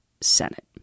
Senate